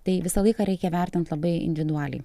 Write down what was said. tai visą laiką reikia vertint labai individualiai